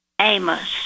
Amos